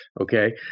Okay